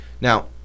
Now